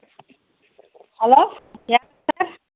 hello yes sir